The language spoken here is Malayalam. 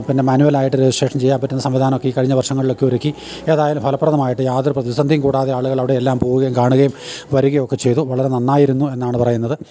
പിന്നെ മാനുവലായിട്ട് റജിസ്ട്രേഷൻ ചെയ്യാൻ പറ്റുന്ന സംവിധാനമൊക്കെ ഈ കഴിഞ്ഞ വർഷങ്ങളിലൊക്കെ ഒരുക്കി ഏതായാലും ഫലപ്രദമായിട്ട് യാതൊരു പ്രതിസന്ധിയും കൂടാതെ ആളുകളവിടെ എല്ലാം പോവുകയും കാണുകയും വരികയുമൊക്കെ ചെയ്തു വളരെ നന്നായിരുന്നു എന്നാണു പറയുന്നത്